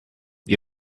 you